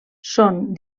són